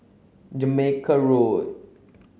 Jamaica Road